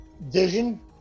Vision